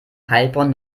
heilbronn